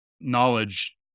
knowledge